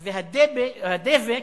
והדבק,